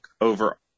over